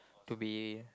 to be